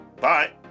Bye